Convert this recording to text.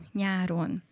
nyáron